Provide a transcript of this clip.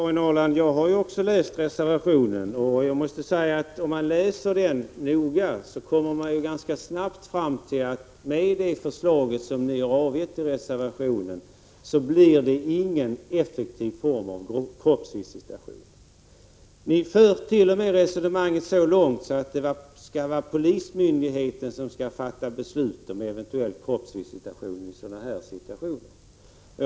Herr talman! Jo, Karin Ahrland, jag har läst också reservationen. Jag måste säga att om man läser den noga kommer man ganska snabbt fram till att det inte blir någon effektiv kroppsvisitation med det förslag ni har avgivit i reservationen. Ni för t.o.m. resonemanget så långt att ni kräver att beslutet om eventuell kroppsvisitation i sådana här situationer skall fattas av polismyndighet.